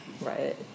Right